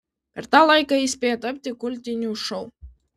per tą laiką jis spėjo tapti kultiniu šou